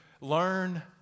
learn